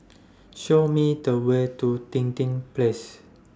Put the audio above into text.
Show Me The Way to Dinding Place